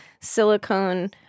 silicone